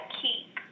keep